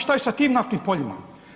Što je sa tim naftnim poljima?